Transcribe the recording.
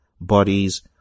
bodies